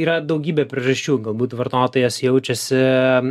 yra daugybė priežasčių galbūt vartotojas jaučiasi